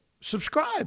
Subscribe